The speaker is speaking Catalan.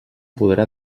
podrà